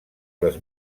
les